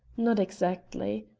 not exactly.